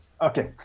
okay